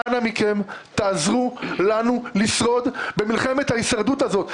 אנא מכם תעזרו לנו לשרוד במלחמת ההישרדות הזאת.